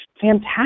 fantastic